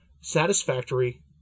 satisfactory